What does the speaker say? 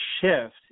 shift